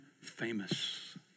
famous